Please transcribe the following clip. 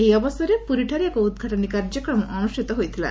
ଏହି ଅବସରରେ ପ୍ରରୀଠାରେ ଏକ ଉଦ୍ଘାଟନୀ କାର୍ଯ୍ୟକ୍ରମ ଅନ୍ଷିତ ହୋଇଥଲା